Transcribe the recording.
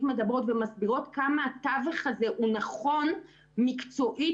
מדברות ומסבירות כמה התווך הזה הוא נכון מקצועית